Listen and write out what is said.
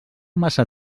massa